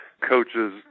coaches